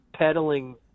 peddling